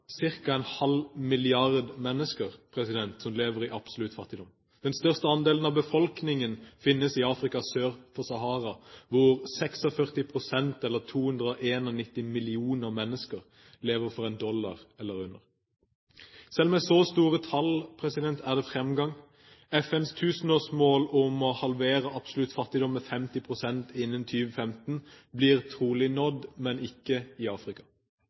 ca. en halv milliard mennesker som lever i absolutt fattigdom. Den største andelen av befolkningen finnes i Afrika sør for Sahara, hvor 46 pst., eller 291 millioner mennesker, lever for under 1 dollar om dagen. Selv med så store tall er det fremgang. FNs tusenårsmål om å halvere absolutt fattigdom med 50 pst. innen 2015 blir trolig nådd, men ikke i Afrika.